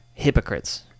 hypocrites